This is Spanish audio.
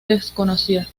desconocida